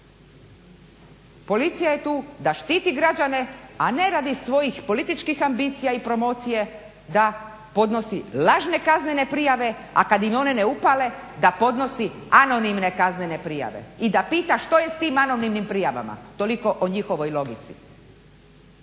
Policija je tu da štiti građane, a ne radi svojih političkih ambicija i promocije da podnosi lažne kaznene prijave, a kada im one ne upale da podnosi anonimne kaznene prijave i da pita što je s tim anonimnim prijavama. Toliko o njihovoj logici.